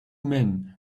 men